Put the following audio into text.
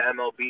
MLB